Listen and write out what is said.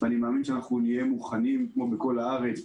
אני מאמין שנהיה מוכנים, כמו בכל הארץ.